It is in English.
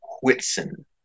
Whitson